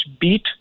beat